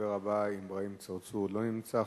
הדובר הבא, אברהים צרצור, לא נמצא.